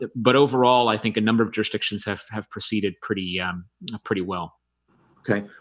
but overall, i think a number of jurisdictions have have proceeded pretty um pretty well okay,